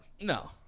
No